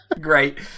Great